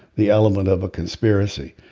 the element of a conspiracy.